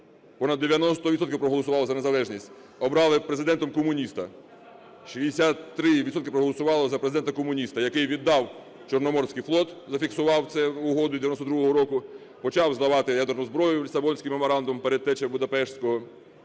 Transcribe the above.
відсотків проголосували за незалежність, обрали Президентом комуніста. 63 відсотка проголосували за Президента-комуніста, який віддав Чорноморський флот, зафіксував це в Угоду 92-го року, почав здавати ядерну зброю, Лісабонський меморандум – предтеча Будапештського